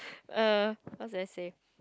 err what was I saying